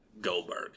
Goldberg